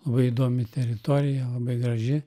labai įdomi teritorija labai graži